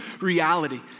reality